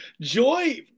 joy